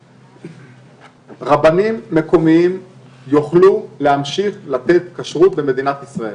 רבנים מקומיים יוכלו להמשיך לתת כשרות במדינת ישראל.